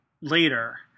later